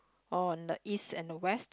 or on the east and the west